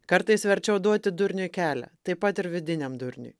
kartais verčiau duoti durniui kelią taip pat ir vidiniam durniui